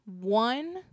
one